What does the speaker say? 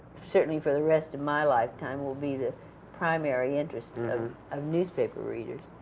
certainly for the rest of my lifetime will be the primary interest of of newspaper readers.